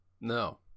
No